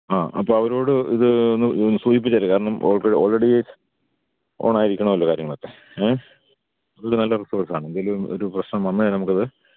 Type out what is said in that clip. ആ അപ്പം അവരോട് ഇത് ഒന്ന് ഒന്ന് സൂചിപ്പിച്ചേരെ കാരണം ഓൾറെഡി ഓൾറെഡീ ഓൺ ആയിരിക്കണമല്ലോ കാര്യങ്ങളൊക്കെ ഏ അതിൽ നല്ല റിക്കോഡ്സ് കാണും എന്തേലും ഒരു പ്രശ്നം വന്നാൽ നമ്മൾക്ക് അത്